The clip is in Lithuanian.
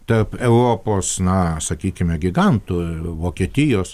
tarp europos na sakykime gigantų vokietijos